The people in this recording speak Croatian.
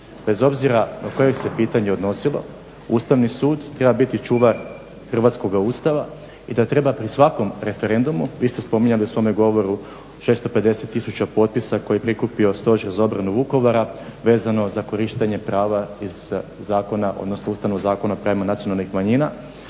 bez obzira na koje se pitanje odnosilo Ustavni sud treba biti čuvar hrvatskoga ustava i da treba pri svakom referendumu, vi ste spominjali u svome govoru 650 tisuća potpisa koje je prikupio Stožer za obranu Vukovara vezano za korištenje prava iz zakona odnosno Ustavnog zakona o pravima nacionalnih manjina